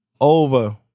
Over